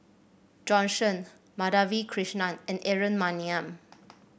Jorn Shen Madhavi Krishnan and Aaron Maniam